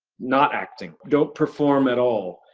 not acting. don't perform at all,